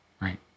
Right